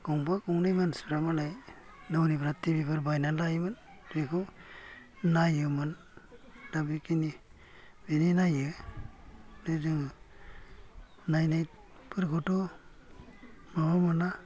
गंफा गंनै मानसिफ्रा मालाय नरिब्राद टिभिफोर बायनानै लायोमोन बेखौ नायोमोन दा बे खिनि बिनि नायो बे जोङो नायनाय फोरखौथ' माबा मोना